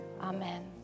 Amen